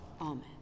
Amen